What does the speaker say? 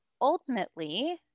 Ultimately